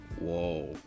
Whoa